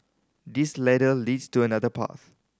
this ladder leads to another path